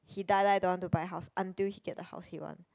he die die don't want to buy house until he get the house he want